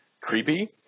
creepy